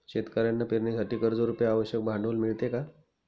शेतकऱ्यांना पेरणीसाठी कर्जरुपी आवश्यक भांडवल मिळते का?